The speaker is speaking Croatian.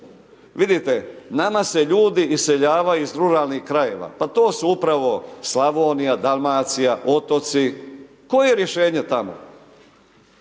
Vidite nama se ljudi iseljavaju iz ruralnih krajeva, pa to su upravo Slavonija, Dalmacija, otoci. Koje je rješenje tamo?